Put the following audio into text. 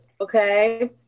okay